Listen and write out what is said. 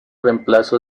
reemplazo